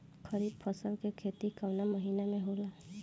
खरीफ फसल के खेती कवना महीना में होला?